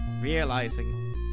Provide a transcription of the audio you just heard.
realizing